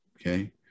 Okay